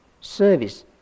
service